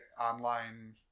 online